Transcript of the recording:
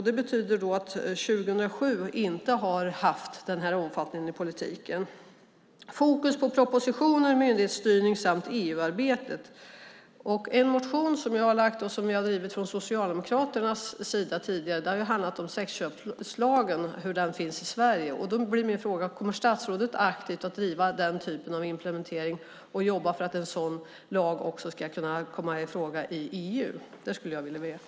Det betyder att 2007 inte har omfattats av den här politiken med fokus på propositioner, myndighetsstyrning samt EU-arbete. En motion som jag har lagt fram och som vi har drivit från Socialdemokraternas sida tidigare handlar om sexköpslagen som finns i Sverige. Min fråga är: Kommer statsrådet att aktivt driva den typen av implementering och jobba för att en sådan lag också ska kunna komma i fråga i EU? Det skulle jag vilja veta.